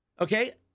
Okay